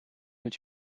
mit